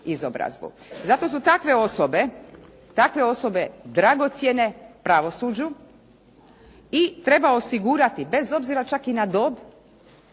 izobrazbu. Zato su takve osobe dragocjene pravosuđu i treba osigurati, bez obzira čak i na dob,